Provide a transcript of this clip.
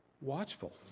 watchful